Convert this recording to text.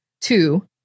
Two